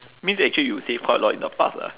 means actually you save quite a lot in the past lah